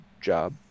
job